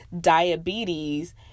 diabetes